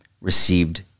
received